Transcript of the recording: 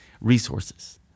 resources